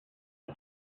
you